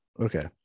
okay